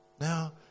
Now